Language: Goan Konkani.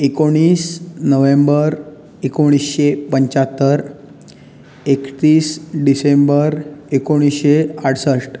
एकोणीस नोव्हेंबर एकुणशे पंच्चातर एकतीस डिसेंबर एकुणशे आडसश्ट